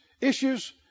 issues